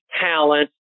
talent